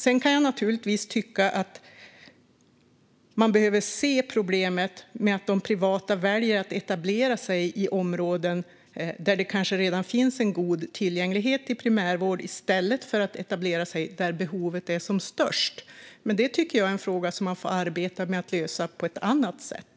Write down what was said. Sedan kan jag naturligtvis tycka att man behöver se problemet med att de privata väljer att etablera sig i områden där det kanske redan finns en god tillgänglighet till primärvård i stället för att etablera sig där behovet är som störst. Men det tycker jag är en fråga som man får arbeta med att lösa på ett annat sätt.